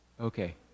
Okay